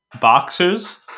boxers